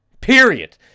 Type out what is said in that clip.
period